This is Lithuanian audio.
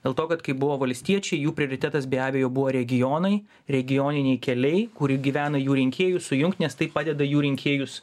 dėl to kad kai buvo valstiečiai jų prioritetas be abejo buvo regionai regioniniai keliai kur gyvena jų rinkėjų sujungt nes tai padeda jų rinkėjus